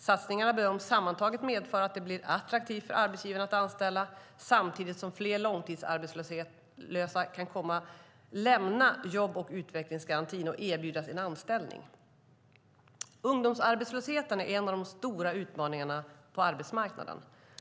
Satsningarna bedöms sammantaget medföra att det blir mer attraktivt för arbetsgivarna att anställa samtidigt som fler långtidsarbetslösa kan lämna jobb och utvecklingsgarantin och erbjudas en anställning. Ungdomsarbetslösheten är en av de stora utmaningarna på arbetsmarknaden.